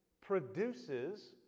produces